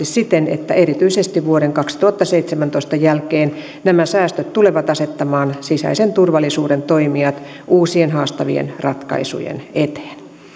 siten että erityisesti vuoden kaksituhattaseitsemäntoista jälkeen nämä säästöt tulevat asettamaan sisäisen turvallisuuden toimijat uusien haastavien ratkaisujen eteen